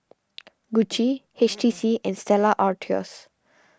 Gucci H T C and Stella Artois